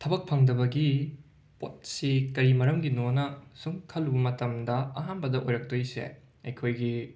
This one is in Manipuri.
ꯊꯕꯛ ꯐꯪꯗꯕꯒꯤ ꯄꯣꯠꯁꯤ ꯀꯔꯤ ꯃꯔꯝꯒꯤꯅꯣꯅ ꯁꯨꯝ ꯈꯜꯂꯨꯕ ꯃꯇꯝꯗ ꯑꯍꯥꯟꯕꯗ ꯑꯣꯏꯔꯛꯇꯣꯏꯁꯦ ꯑꯩꯈꯣꯏꯒꯤ